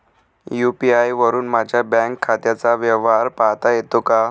UPI वरुन माझ्या bank खात्याचा व्यवहार पाहता येतो का?